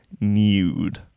nude